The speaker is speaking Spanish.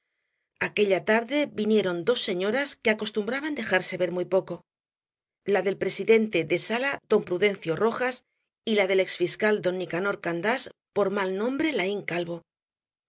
aquella tarde vinieron dos señoras que acostumbraban dejarse ver muy poco la del presidente de sala d prudencio rojas y la del ex fiscal d nicanor candás por mal nombre laín calvo